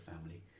family